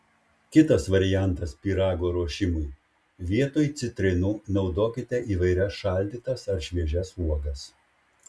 kitas variantas pyrago ruošimui vietoj citrinų naudokite įvairias šaldytas ar šviežias uogas